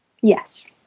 Yes